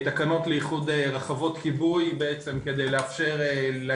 תקנות לאיחוד רחבות כיבוי בעצם כדי לאפשר את שטח